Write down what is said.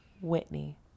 Whitney